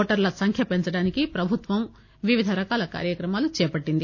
ఓటర్ల సంఖ్య పెంచడానికి ప్రభుత్వం వివిధ రకాల కార్యక్రమాలను చేపట్టింది